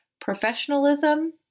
professionalism